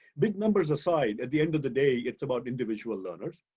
big numbers aside, at the end of the day, it's about individual learners.